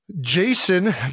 Jason